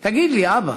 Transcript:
תגיד לי, אבא,